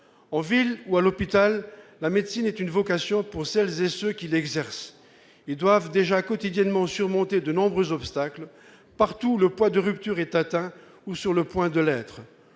En ville ou à l'hôpital, la médecine est une vocation pour celles et ceux qui l'exercent. Ils doivent déjà, quotidiennement, surmonter de nombreux obstacles. Partout, le point de rupture est atteint, ou près de l'être.